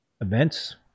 events